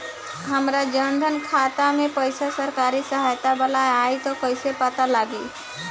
हमार जन धन खाता मे पईसा सरकारी सहायता वाला आई त कइसे पता लागी?